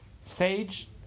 Sage